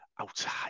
outside